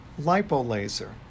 lipolaser